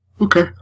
Okay